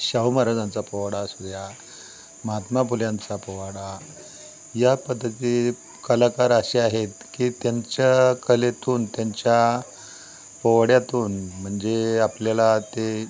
शाहू महाराजांचा पोवाडा असू द्या महात्मा फुल्यांचा पोवाडा या पद्धती कलाकार असे आहेत की त्यांच्या कलेतून त्यांच्या पोवाड्यातून म्हणजे आपल्याला ते